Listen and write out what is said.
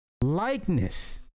Likeness